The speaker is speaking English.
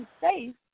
safe